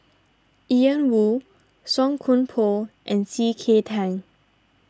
Ian Woo Song Koon Poh and C K Tang